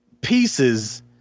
pieces